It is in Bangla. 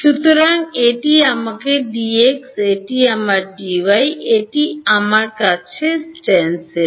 সুতরাং এটি আমার Dx এটি আমার Dy এটি আমার কাছে স্টেনসিল